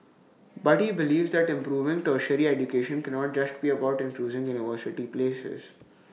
but he believes that improving tertiary education cannot just be about increasing university places